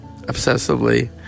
obsessively